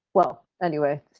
well, anyway,